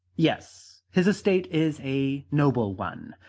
yes, his estate is a noble one.